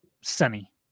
sunny